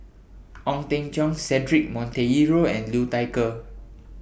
Ong Teng Cheong Cedric Monteiro and Liu Thai Ker